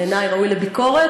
בעיני ראוי לביקורת,